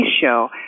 Show